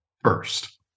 first